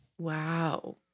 Wow